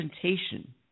presentation